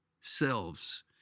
selves